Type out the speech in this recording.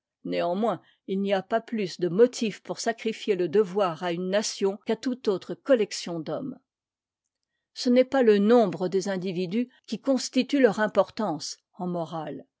néanmoins il n'y a pas plus de motif pour sacrifier le devoir à une nation qu'à toute autre collection d'hommes ce n'est pas le nombre des individus qui constitue leur importance en morale